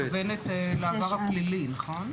את מתכוונת לעבר הפלילי, נכון?